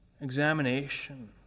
examination